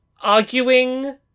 arguing